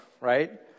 right